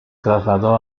trasladó